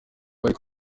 bari